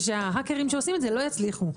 ושההאקרים שעושים את זה לא יצליחו.